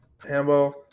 Hambo